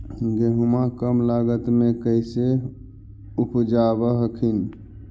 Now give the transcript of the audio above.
गेहुमा कम लागत मे कैसे उपजाब हखिन?